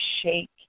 shake